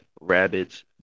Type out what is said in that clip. rabbits